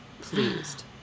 pleased